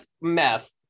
meth